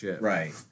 Right